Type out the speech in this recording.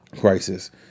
Crisis